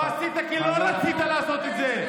לא עשית את זה כי לא רצית לעשות את זה.